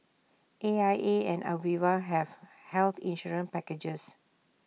A I A and Aviva have health insurance packages